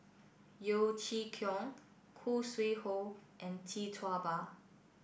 Yeo Chee Kiong Khoo Sui Hoe and Tee Tua Ba